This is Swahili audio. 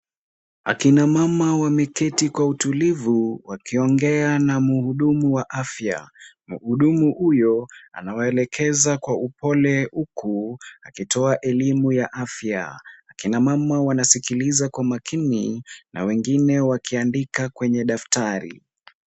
Akina mama wameketi kwa utulivu wakiongea na muhudumu wa afya . Muhudumu huyo anawaelekeza kwa upole huku akitoa elimu ya afya , akina mama wanasikiliza kwa makini na wengine wakiandika kwenye daftari